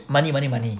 money money money